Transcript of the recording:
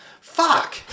fuck